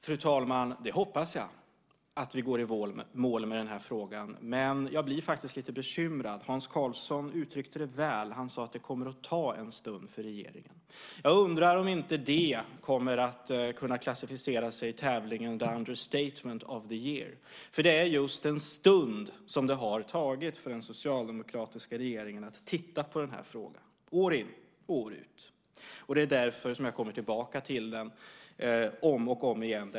Fru talman! Jag hoppas att vi går i mål med den här frågan. Men jag blir faktiskt lite bekymrad. Hans Karlsson uttryckte det väl. Han sade att det kommer att ta en stund för regeringen. Jag undrar om inte det kommer att kunna klassificera sig i tävlingen The understatement of the year . Det är just "en stund" som det har tagit för den socialdemokratiska regeringen att titta på den här frågan, år in och år ut. Det är därför som jag kommer tillbaka till den om och om igen.